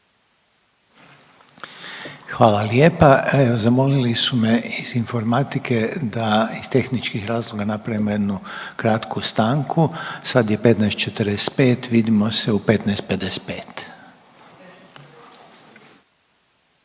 Hvala lijepa. Zamolili su me iz informatike da iz tehničkih razloga napravimo jednu kratku stanku. Sad je 15,45 vidimo se u 15,55.